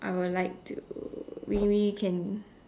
I would like to we we can